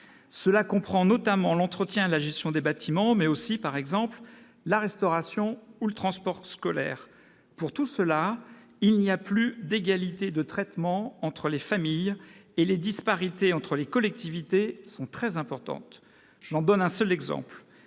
comprennent notamment l'entretien et la gestion des bâtiments, mais aussi, par exemple, la restauration et le transport scolaires. Pour tout cela, il n'y a plus d'égalité de traitement entre les familles, et les disparités entre collectivités territoriales sont très importantes. Je prendrai un seul exemple